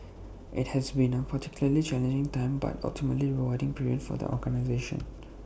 IT has been A particularly challenging time but ultimately rewarding period for the organisation